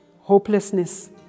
hopelessness